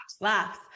laughs